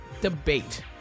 debate